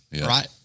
right